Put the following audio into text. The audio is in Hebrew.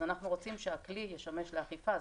אנחנו רוצים שהכלי ישמש לאכיפה,